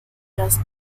las